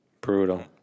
Brutal